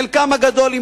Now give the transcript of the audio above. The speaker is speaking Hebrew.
חלקם הגדול,